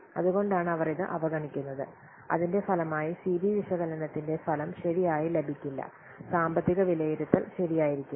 അതുകൊണ്ടാണ് അവർ ഇത് അവഗണിക്കുന്നത് അതിന്റെ ഫലമായി സി ബി വിശകലനത്തിന്റെ ഫലം ശരിയായി ലഭിക്കില്ല സാമ്പത്തിക വിലയിരുത്തൽ ശരിയായിരിക്കില്ല